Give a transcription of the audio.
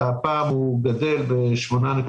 הפעם הוא גדל ב-8%,